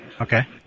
Okay